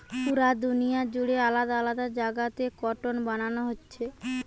পুরা দুনিয়া জুড়ে আলাদা আলাদা জাগাতে কটন বানানা হচ্ছে